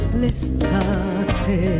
l'estate